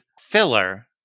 filler